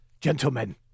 gentlemen